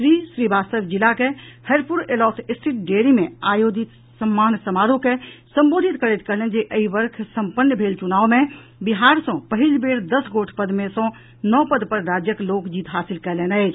श्री श्रीवास्तव जिला के हरपुर एलॉथ स्थित डेयरी मे आयोजित सम्मान समारोह के संबोधित करैत कहलनि जे एहि वर्ष संपन्न भेल चुनाव मे बिहार सँ पहिल बेर दस गोट पद मे सँ नओ पद पर राज्यक लोक जीत हासिल कयलनि अछि